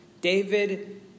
David